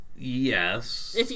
Yes